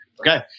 Okay